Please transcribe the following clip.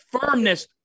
firmness